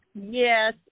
Yes